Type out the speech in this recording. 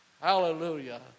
Hallelujah